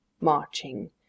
marching